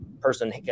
person